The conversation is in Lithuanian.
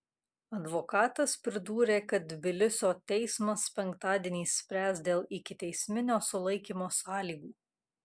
advokatas pridūrė kad tbilisio teismas penktadienį spręs dėl ikiteisminio sulaikymo sąlygų